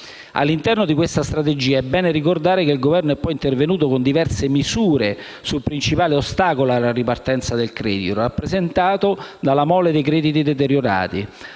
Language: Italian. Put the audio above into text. All'interno di questa strategia è bene ricordare che il Governo è poi intervenuto con diverse misure sul principale ostacolo alla ripartenza del credito, rappresentato dalla mole dei crediti deteriorati